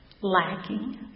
lacking